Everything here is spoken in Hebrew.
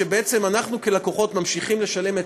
שבעצם אנחנו כלקוחות ממשיכים לשלם,